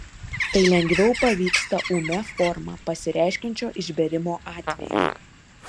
tai lengviau pavyksta ūmia forma pasireiškiančio išbėrimo atveju